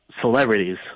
celebrities